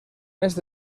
este